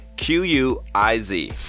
Q-U-I-Z